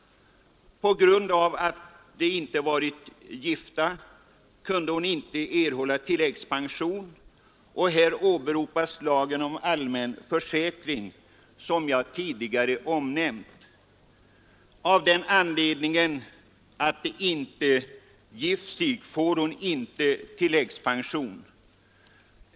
På grund av att mannen och kvinnan inte varit gifta kunde kvinnan inte erhålla tilläggspension, och här åberopades lagen om allmän försäkring som jag tidigare omnämnt. Endast av den anledningen att de inte gift sig får hon inte tilläggspension.